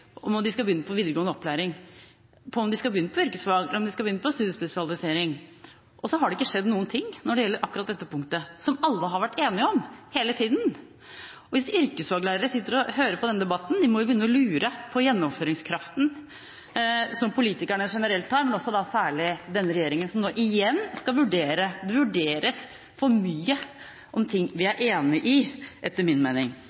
på videregående opplæring – på om de skal begynne på yrkesfag eller om de skal begynne på studiespesialisering – og så har det ikke skjedd noe når det gjelder akkurat dette punktet, som alle har vært enige om hele tida. Hvis yrkesfaglærere sitter og hører på denne debatten, må de jo begynne å lure på politikernes gjennomføringskraft generelt, men også særlig denne regjeringens – den skal nå igjen vurdere. Det vurderes for mye om ting vi er enig i, etter min mening.